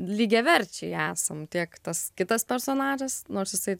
lygiaverčiai esam tiek tas kitas personažas nors jisai